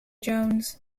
jones